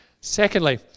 Secondly